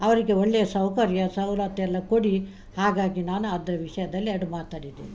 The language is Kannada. ಅವರಿಗೆ ಒಳ್ಳೆಯ ಸೌಕರ್ಯ ಸೌಲತ್ತೆಲ್ಲ ಕೊಡಿ ಹಾಗಾಗಿ ನಾನು ಅದರ ವಿಷಯದಲ್ಲಿ ಎರಡು ಮಾತಾಡಿದ್ದೀನಿ